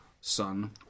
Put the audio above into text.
son